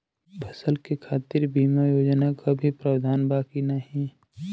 फसल के खातीर बिमा योजना क भी प्रवाधान बा की नाही?